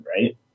right